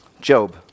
Job